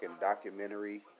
documentary